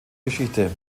geschichte